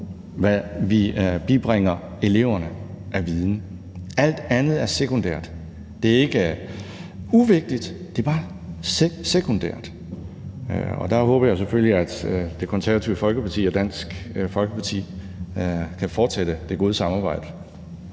hvad vi bibringer eleverne af viden. Alt andet er sekundært. Det er ikke uvigtigt, det er bare sekundært. Og der håber jeg selvfølgelig, at Det Konservative Folkeparti og Dansk Folkeparti kan fortsætte det gode samarbejde.